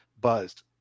buzzed